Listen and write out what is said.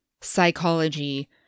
psychology